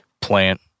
plant